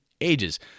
ages